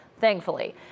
thankfully